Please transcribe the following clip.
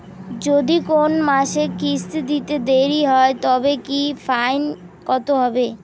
যদি কোন মাসে কিস্তি দিতে দেরি হয় তবে কি ফাইন কতহবে?